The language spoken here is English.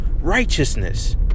righteousness